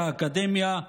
האקדמיה,